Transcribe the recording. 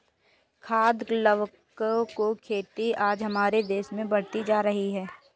खाद्य कवकों की खेती आज हमारे देश में बढ़ती जा रही है